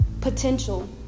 Potential